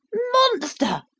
monster,